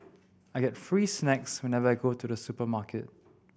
I get free snacks whenever I go to the supermarket